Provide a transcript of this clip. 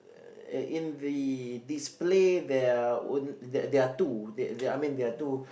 uh in the display there are on~ there are two there are I mean there are two